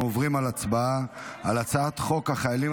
אנחנו עוברים להצבעה על הצעת חוק החיילים